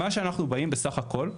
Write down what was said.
מה שאנחנו באים בסך הכל,